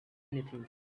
anything